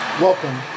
Welcome